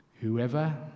whoever